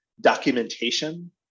documentation